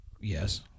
Yes